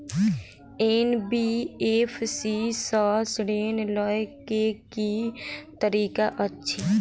NBFC सँ ऋण लय केँ की तरीका अछि?